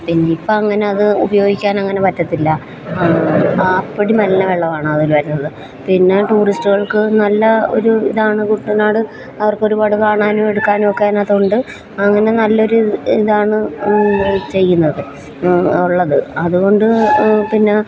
പിന്നെ ഇപ്പം അങ്ങനെ അത് ഉപയോഗിക്കാനങ്ങനെ പറ്റത്തില്ല ആപ്പടി മലിനവെള്ളമാണതിൽ വരുന്നത് പിന്നെ ടൂറിസ്റ്റുകൾക്ക് നല്ല ഒരു ഇതാണ് കുട്ടനാട് അവർക്കൊരുപാട് കാണാനുമെടുക്കാനുമൊ ക്കെ അതിനകത്തുണ്ട് അങ്ങനെ നല്ലൊരു ഇതാണ് ചെയ്യുന്നത് ഉള്ളത് അതുകൊണ്ട് പിന്നെ